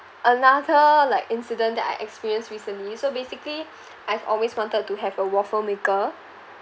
another like incident that I experienced recently so basically I've always wanted to have a waffle maker